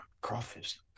Crawfish